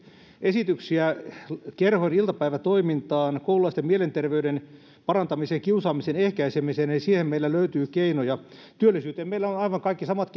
esityksiä kerhon iltapäivätoimintaan koululaisten mielenterveyden parantamiseen kiusaamisen ehkäisemiseen eli siihen meillä löytyy keinoja työllisyyteen meillä on on aivan kaikki samat